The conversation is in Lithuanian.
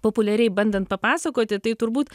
populiariai bandant papasakoti tai turbūt